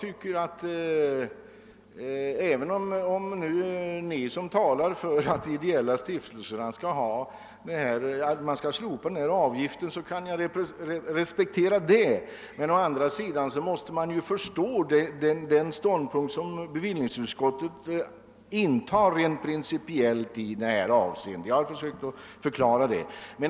Visst kan jag respektera dem som talar om att avgiften bör slopas för de ideella stiftelserna, men å andra sidan måste man förstå den ståndpunkt som bevillningsutskottet rent principiellt intar till frågan, vilket jag även försökt att förklara.